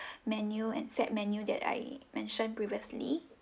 menu and set menu that I mentioned previously